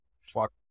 fuck